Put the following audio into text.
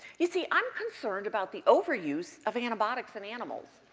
you see i am concerned about the overuse of antibiotics on animals,